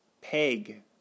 Peg